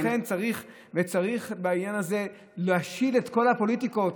ולכן צריך בעניין הזה להשיל את כל הפוליטיקות.